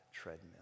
treadmill